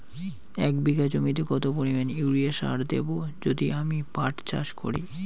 এক বিঘা জমিতে কত পরিমান ইউরিয়া সার দেব যদি আমি পাট চাষ করি?